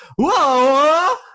whoa